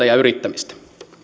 ja yrittämistä